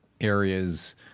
areas